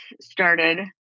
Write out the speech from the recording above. started